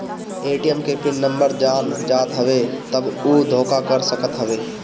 ATM के pin number जान जात हवे तब उ धोखा कर सकत हवे